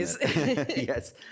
Yes